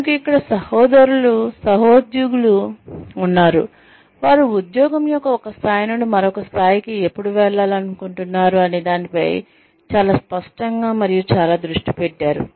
మనకు ఇక్కడ సహోద్యోగులు ఉన్నారు వారు ఉద్యోగం యొక్క ఒక స్థాయి నుండి మరొక స్థాయికి ఎప్పుడు వెళ్లాలనుకుంటున్నారు అనే దానిపై చాలా స్పష్టంగా మరియు చాలా దృష్టి పెట్టారు